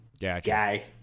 guy